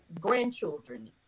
grandchildren